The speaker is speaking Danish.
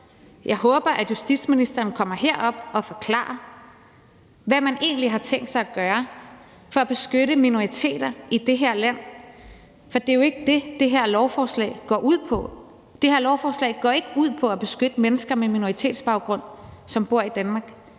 Jeg håber, at justitsministeren kommer herop og forklarer, hvad man egentlig har tænkt sig at gøre for at beskytte minoriteter i det her land, for det er jo ikke det, det her lovforslag går ud på. Det her lovforslag går ikke ud på at beskytte mennesker med minoritetsbaggrund, som bor i Danmark.